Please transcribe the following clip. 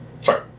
Sorry